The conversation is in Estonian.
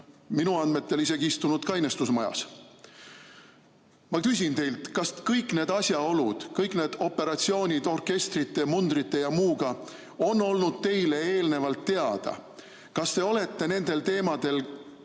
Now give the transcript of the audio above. minu andmetel isegi istunud kainestusmajas. Ma küsin teilt: kas kõik need asjaolud, kõik need operatsioonid orkestrite, mundrite ja muuga on olnud teile eelnevalt teada? (Juhataja helistab